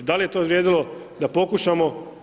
Dal' je to vrijedilo da pokušamo?